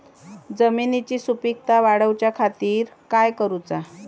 जमिनीची सुपीकता वाढवच्या खातीर काय करूचा?